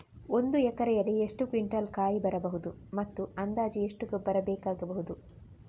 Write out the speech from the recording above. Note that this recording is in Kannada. ಒಂದು ಎಕರೆಯಲ್ಲಿ ಎಷ್ಟು ಕ್ವಿಂಟಾಲ್ ಕಾಯಿ ಬರಬಹುದು ಮತ್ತು ಅಂದಾಜು ಎಷ್ಟು ಗೊಬ್ಬರ ಬೇಕಾಗಬಹುದು?